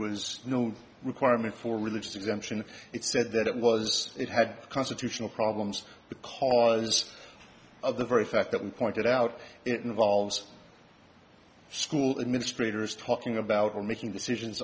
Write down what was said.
was no requirement for religious exemption it said that it was it had constitutional problems because of the very fact that we pointed out it involves school administrators talking about or making decisions